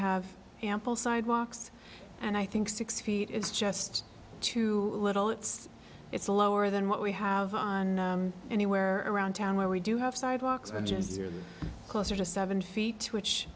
have ample sidewalks and i think six feet is just too little it's it's lower than what we have on anywhere around town where we do have sidewalks engines are closer to seven feet which